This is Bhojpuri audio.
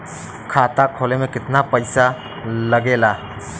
खाता खोले में कितना पैसा लगेला?